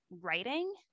writing